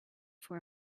for